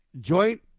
Joint